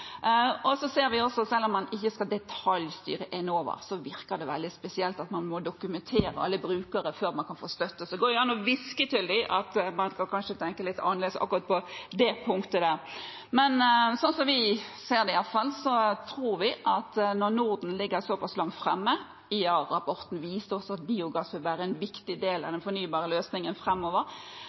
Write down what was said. om man ikke skal detaljstyre Enova, virker det veldig spesielt at man må dokumentere alle brukere før man kan få støtte. Det går an å hviske til dem at man kanskje tenker litt annerledes akkurat på det punktet. Slik vi ser det iallfall, tror vi, når Norden ligger såpass langt framme – og IEA-rapporten viste også – at biogass vil være en viktig del av den fornybare løsningen framover.